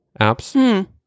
apps